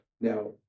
Now